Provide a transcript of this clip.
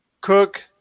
Cook